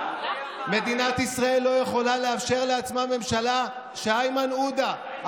מדינת ישראל לא יכולה לאפשר לעצמה ממשלה שאיימן עודה,